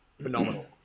phenomenal